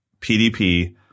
pdp